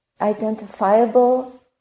identifiable